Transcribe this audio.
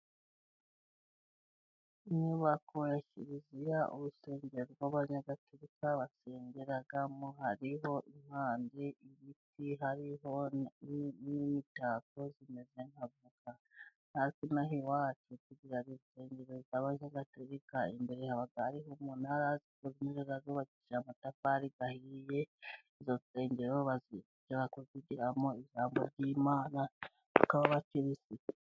Inyubako ya kiliziya, urusengero rw'Abanyagatulika basengeramo. Hariho impande ibiti, hariho n'imitako imeze nka voka. Natwe ino aha iwacu tugira insengero z'Abanyagaturika imbere haba hariho umunara ziba zubakishije amatafari ahiye. Izo nsengero bazivugiramo ijambo ry'Imana tukaba abakirisitu.